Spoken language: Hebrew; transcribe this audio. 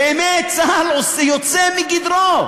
באמת, צה"ל יוצא מגדרו,